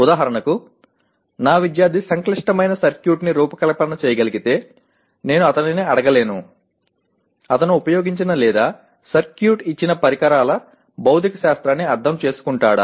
ఉదాహరణకు నా విద్యార్థి సంక్లిష్టమైన సర్క్యూట్ ని రూపకల్పన చేయగలిగితే నేను అతనిని అడగలేను అతను ఉపయోగించిన లేదా సర్క్యూట్ ఇచ్చిన పరికరాల భౌతిక శాస్త్రాన్ని అర్థం చేసుకుంటాడా